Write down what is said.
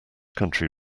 country